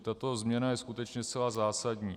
Tato změna je skutečně zcela zásadní.